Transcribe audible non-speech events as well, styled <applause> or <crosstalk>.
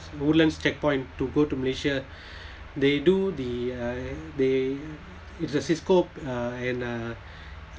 woodlands checkpoint to go to malaysia <breath> they do the uh they it's a CISCO uh and uh